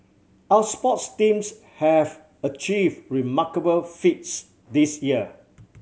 our sports teams have achieve remarkable feats this year